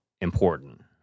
important